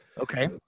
Okay